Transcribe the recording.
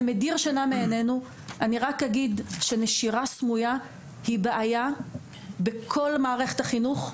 זה נושא שמדיר שינה מענינו ונשירה סמויה היא בעיה של כל מערכת החינוך.